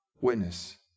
witness